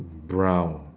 brown